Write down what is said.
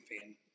fan